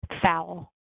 foul